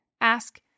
Ask